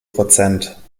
prozent